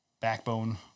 backbone